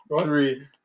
Three